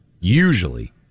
usually